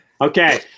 Okay